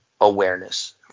awareness